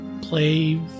play